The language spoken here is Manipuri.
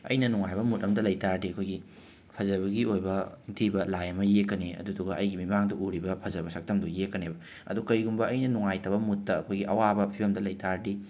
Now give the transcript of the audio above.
ꯑꯩꯅ ꯅꯨꯡꯉꯥꯏꯕ ꯃꯨꯠ ꯑꯃꯗ ꯂꯩꯇꯥꯔꯗꯤ ꯑꯩꯈꯣꯏꯒꯤ ꯐꯖꯕꯒꯤ ꯑꯣꯏꯕ ꯅꯤꯡꯊꯤꯕ ꯂꯥꯏ ꯑꯃ ꯌꯦꯛꯀꯅꯤ ꯑꯗꯨꯗꯨꯒ ꯑꯩꯒꯤ ꯃꯤꯠꯃꯥꯡꯗ ꯎꯔꯤꯕ ꯐꯖꯕ ꯁꯛꯇꯝꯗꯨ ꯌꯦꯛꯀꯅꯦꯕ ꯑꯗꯨ ꯀꯔꯤꯒꯨꯝꯕ ꯑꯩꯅ ꯅꯨꯡꯉꯥꯏꯇꯕ ꯃꯨꯠꯇ ꯑꯩꯈꯣꯏꯒꯤ ꯑꯋꯥꯕ ꯐꯤꯕꯝꯗ ꯂꯩꯕ ꯇꯥꯔꯗꯤ